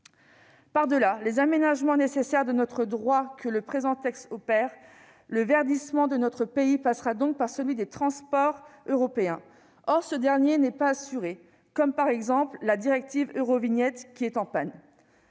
Par-delà les aménagements nécessaires de notre droit que le présent texte opère, le verdissement de notre pays passera donc par celui des transports européens. Or ce dernier n'est pas assuré. Par exemple, la directive Eurovignette est en panne.